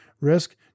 risk